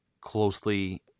closely